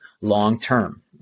long-term